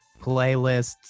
playlists